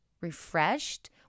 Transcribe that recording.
refreshed